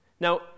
Now